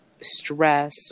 stress